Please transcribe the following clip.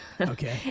Okay